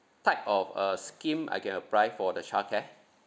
type of uh scheme I can apply for the childcare